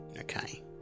okay